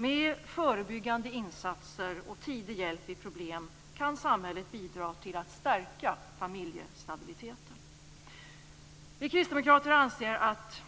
Med förebyggande insatser och tidig hjälp vid problem kan samhället bidra till att stärka familjestabiliteten. Vi kristdemokrater anser att